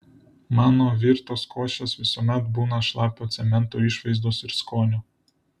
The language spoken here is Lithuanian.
mano virtos košės visuomet būna šlapio cemento išvaizdos ir skonio